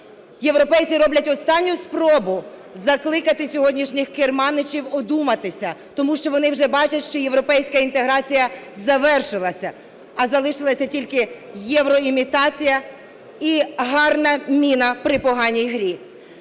Європейці роблять останню спробу закликати сьогоднішніх керманичів одуматися, тому що вони вже бачать, що європейська інтеграція завершилася, а залишилася тільки євроімітація і гарна міна при поганій грі,